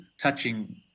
touching